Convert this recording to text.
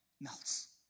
melts